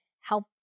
help